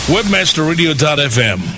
WebmasterRadio.fm